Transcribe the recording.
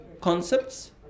concepts